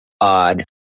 odd